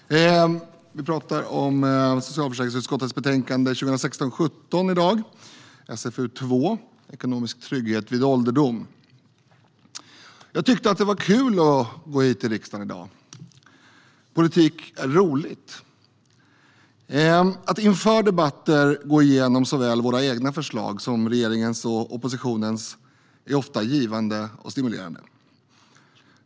Herr talman! Vi debatterar i dag socialförsäkringsutskottets betänkande SfU2 Ekonomisk trygghet vid ålderdom . Jag tyckte att det var kul att gå hit till riksdagen i dag. Politik är roligt. Att inför debatter gå igenom såväl våra egna förslag som regeringens och oppositionens är ofta givande och stimulerande.